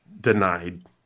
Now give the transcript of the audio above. denied